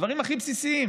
הדברים הכי בסיסיים.